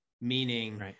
meaning